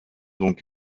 donc